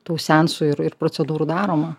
tų seansų ir ir procedūrų daroma